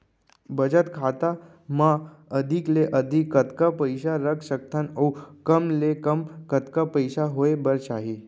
बचत खाता मा अधिक ले अधिक कतका पइसा रख सकथन अऊ कम ले कम कतका पइसा होय बर चाही?